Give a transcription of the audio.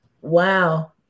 wow